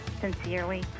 Sincerely